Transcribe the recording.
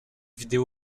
vidéo